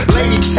Lady